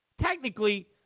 Technically